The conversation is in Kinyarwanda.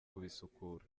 kubisukura